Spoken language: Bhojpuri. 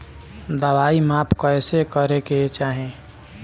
दवाई माप कैसे करेके चाही?